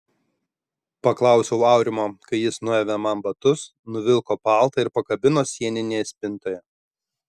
paklausiau aurimo kai jis nuavė man batus nuvilko paltą ir pakabino sieninėje spintoje